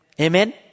Amen